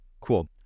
Cool